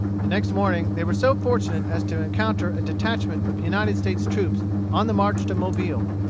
the next morning they were so fortunate as to encounter a detachment of united states troops on the march to mobile.